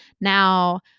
Now